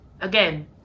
again